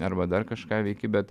arba dar kažką veiki bet